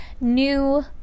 new